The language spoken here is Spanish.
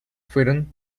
fueron